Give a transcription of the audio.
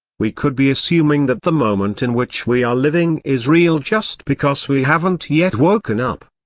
we could be assuming that the moment in which we are living is real just because we haven't yet woken up.